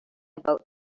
about